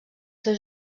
seu